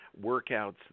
workouts